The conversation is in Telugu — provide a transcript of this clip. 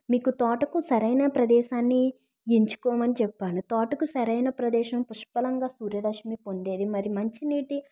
మీకు తోటకు సరైన ప్రదేశాన్ని ఎంచుకోమని చెప్పాను తోటకు సరైన ప్రదేశం పుష్పలంగా సూర్య రష్మీ పొందేది మరియు మంచి నీటి